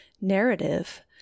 narrative